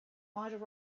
might